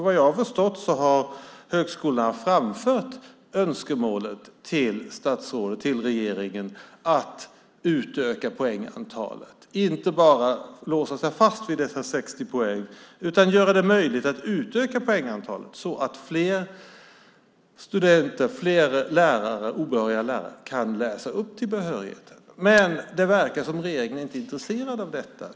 Vad jag har förstått har högskolorna framfört önskemål till statsrådet och regeringen om att utöka poängantalet, så att man inte låser sig fast vid dessa 60 poäng utan det blir möjligt att utöka poängantalet så att fler studenter, obehöriga lärare, kan läsa upp och få behörighet. Men det verkar som om regeringen inte är intresserad av detta.